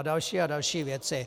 A další a další věci.